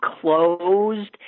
closed